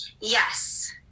Yes